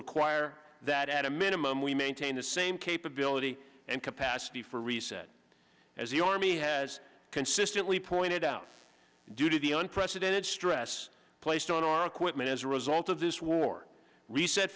require that at a minimum we maintain the same capability and capacity for reason as the army has consistently pointed out due to the unprecedented stress placed on our equipment as a result of this war reset